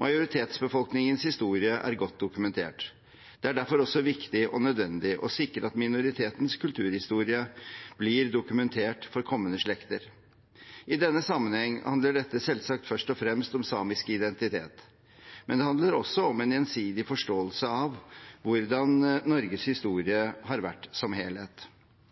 Majoritetsbefolkningens historie er godt dokumentert. Det er derfor viktig og nødvendig å sikre at også minoritetenes kulturhistorie blir dokumentert for kommende slekter. I denne sammenheng handler dette selvsagt først og fremst om samisk identitet, men det handler også om en gjensidig forståelse av hvordan Norges historie har vært som helhet.